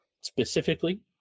specifically